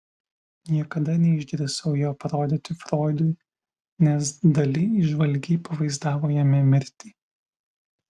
niekada neišdrįsau jo parodyti froidui nes dali įžvalgiai pavaizdavo jame mirtį